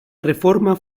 reforma